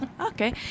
Okay